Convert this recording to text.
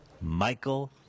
Michael